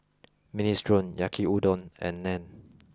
Minestrone Yaki Udon and Naan